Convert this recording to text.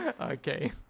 Okay